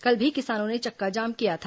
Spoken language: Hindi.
कल भी किसानों ने चक्काजाम किया था